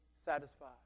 satisfied